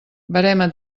verema